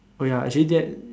oh ya actually that